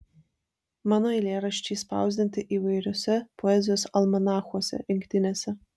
mano eilėraščiai spausdinti įvairiuose poezijos almanachuose rinktinėse